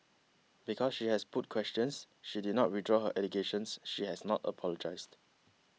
because she has put questions she did not withdraw her allegation she has not apologised